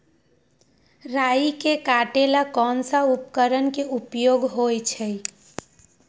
राई के काटे ला कोंन उपकरण के उपयोग होइ छई?